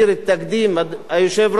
היושב-ראש זוכר את זה,